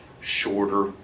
shorter